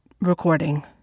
recording